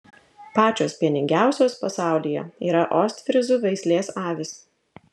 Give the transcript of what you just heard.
pačios pieningiausios pasaulyje yra ostfryzų veislės avys